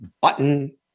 button